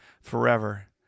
forever